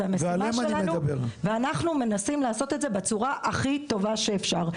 זו המשימה שלנו ואנחנו מנסים לעשות אותה בצורה הכי טובה שאפשר.